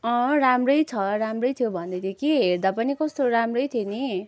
अँ राम्रै छ राम्रै थियो भन्दैथ्यो कि हेर्दा पनि कस्तो राम्रै थियो नि